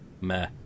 meh